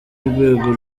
urwego